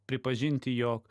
pripažinti jog